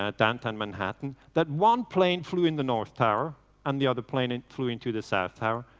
ah downtown manhattan that one plane flew in the north tower and the other plane and flew into the south tower,